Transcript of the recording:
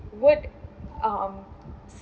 would um